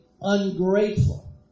ungrateful